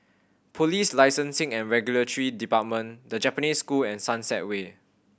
Police Licensing and Regulatory Department The Japanese School and Sunset ware